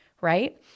right